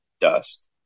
dust